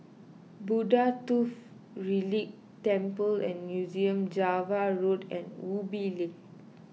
Buddha Tooth Relic Temple and Museum Java Road and Ubi Link